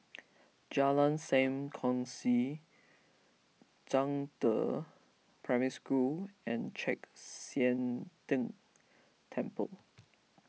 Jalan Sam Kongsi Zhangde Primary School and Chek Sian Tng Temple